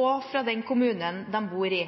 og fra den kommunen de bor i.